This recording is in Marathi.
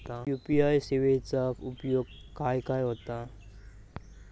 यू.पी.आय सेवेचा उपयोग खाय खाय होता?